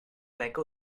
beca